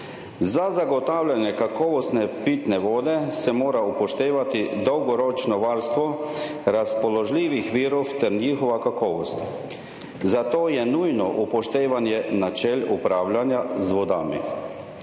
Za zagotavljanje kakovostne pitne vode se mora upoštevati dolgoročno varstvo razpoložljivih virov ter njihova kakovost. Zato je nujno upoštevanje načel upravljanja z vodami,